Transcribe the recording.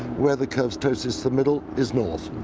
where the curves ptosis, the middle is north.